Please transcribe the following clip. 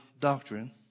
doctrine